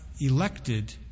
elected